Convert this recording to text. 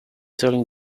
telling